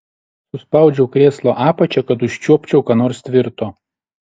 suspaudžiau krėslo apačią kad užčiuopčiau ką nors tvirto